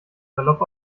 salopp